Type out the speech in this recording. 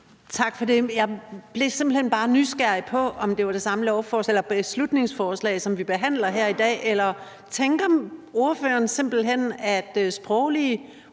Tak for det. Jeg blev simpelt hen bare nysgerrig på, om det var det samme beslutningsforslag, som vi behandler her i dag, eller tænker ordføreren simpelt hen, at de sproglige udfordringer,